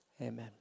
Amen